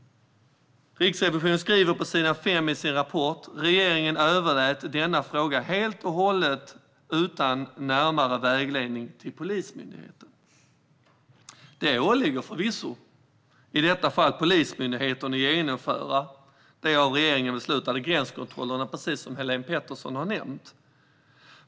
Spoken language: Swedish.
Riksrevisionen skriver på s. 5 i sin rapport: Regeringen överlät denna fråga helt och utan närmare vägledning till Polismyndigheten. Det ålåg förvisso Polismyndigheten att genomföra de av regeringen beslutade gränskontrollerna, precis som Helene Petersson nämnde.